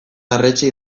arretxe